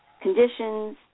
conditions